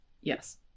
Yes